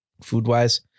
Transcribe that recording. food-wise